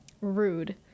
Rude